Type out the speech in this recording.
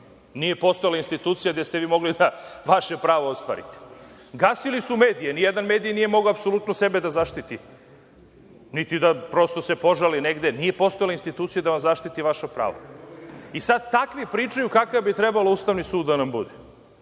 Nije postojala institucija gde ste mogli vaše pravo da ostvarite. Gasili su medije, ni jedan medij nije mogao apsolutno sebe da zaštiti, niti da se požali negde. Nije postojala institucija da vam zaštiti vaša prava. Sad, takvi pričaju kakav bi trebalo Ustavni sud da nam bude,